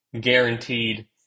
guaranteed